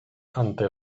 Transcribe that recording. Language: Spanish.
ante